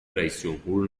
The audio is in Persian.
رییسجمهور